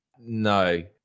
No